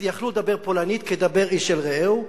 ויכלו לדבר פולנית כדבר איש אל רעהו.